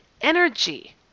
energy